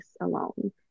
alone